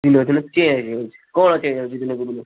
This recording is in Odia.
ଦିନକୁ ଦିନ କେ ହେଇଯାଉଛି କ'ଣ କେ ହେଇଯାଉଛି ଦିନକୁ ଦିନ